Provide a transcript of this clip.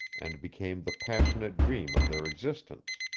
and became the passionate dream of their existence.